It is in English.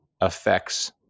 affects